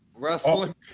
Wrestling